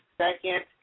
second